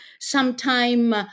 sometime